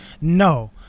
no